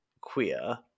queer